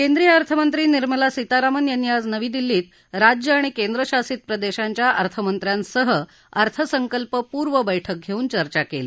केंद्रीय अर्थमंत्री निर्मला सीतारामन यांनी आज नवी दिल्लीत राज्य आणि केंद्रशासित प्रदेशांच्या अर्थमंत्र्यांसह अर्थसंकल्पपूर्व बैठक घेऊन चर्चा केली